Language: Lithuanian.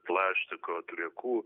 plastiko atliekų